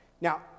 Now